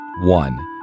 One